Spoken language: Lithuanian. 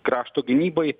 krašto gynybai